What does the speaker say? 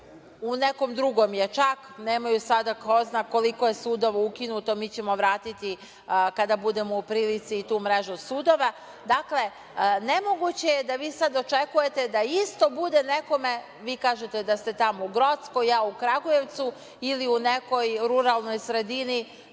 u nekom drugom je čak, nemaju sada, ko zna koliko je sudova ukinuto, mi ćemo vratiti kada budemo u prilici i tu mrežu sudova. Dakle, nemoguće je da vi sada očekujete da isto bude nekome, vi kažete da ste tamo u Grockoj, ja u Kragujevcu ili u nekoj ruralnoj sredini,